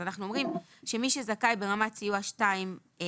אז אנחנו אומרים שמי שזכאי ברמת סיוע 2(א)